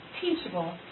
teachable